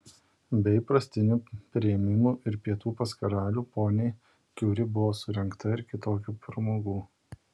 be įprastinių priėmimų ir pietų pas karalių poniai kiuri buvo surengta ir kitokių pramogų